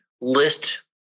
list